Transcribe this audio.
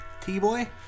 T-Boy